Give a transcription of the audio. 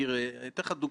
אבל בבית הזה,